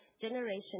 generation